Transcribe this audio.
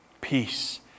peace